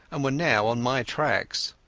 and were now on my tracks.